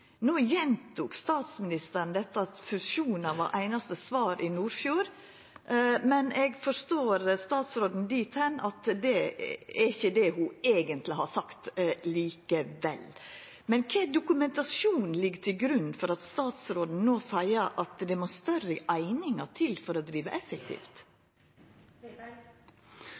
Statsministeren gjentok i Nordfjord at fusjonar var einaste svar, men eg forstår statsråden slik at det ikkje er det ho eigentleg har sagt. Kva dokumentasjon ligg til grunn for at statsråden no seier at det må større einingar til for å driva effektivt?